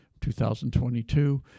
2022